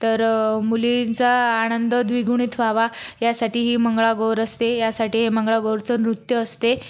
तर मुलींचा आनंद द्विगुणित व्हावा यासाठी ही मंगळागौर असते यासाठी मंगळागौरचं नृत्य असते